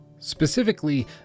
Specifically